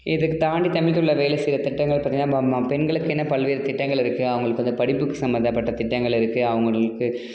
இதுக்கு தாண்டி வேலை செய்கிற திட்டங்கள் பார்த்திங்கன்னா பெண்களுக்கென பல்வேறு திட்டங்கள் இருக்குது அவர்களுக்கு அந்த படிப்புக்கு சம்பந்தப்பட்ட திட்டங்கள் இருக்குது அவர்களுக்கு